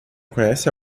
conhece